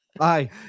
Aye